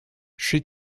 she